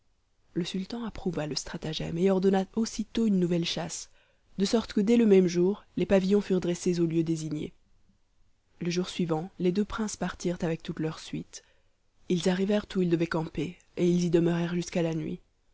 le sultan approuva le stratagème et ordonna aussitôt une nouvelle chasse de sorte que dès le même jour les pavillons furent dressés au lieu désigné le jour suivant les deux princes partirent avec toute leur suite ils arrivèrent où ils devaient camper et ils y demeurèrent jusqu'à la nuit